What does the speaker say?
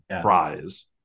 prize